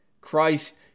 Christ